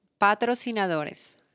Patrocinadores